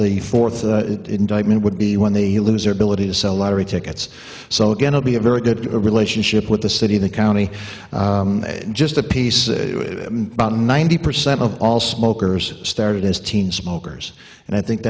the fourth indictment would be when they lose their ability to sell lottery tickets so again will be a very good relationship with the city the county just a piece about ninety percent of all smokers started as teen smokers and i think